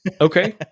Okay